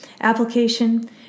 Application